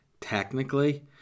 technically